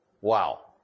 Wow